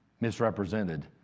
misrepresented